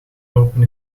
lopen